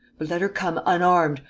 but let her come unarmed,